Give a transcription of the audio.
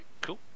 cool